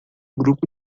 grupo